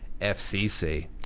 FCC